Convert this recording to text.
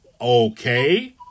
okay